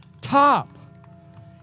top